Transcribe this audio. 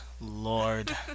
Lord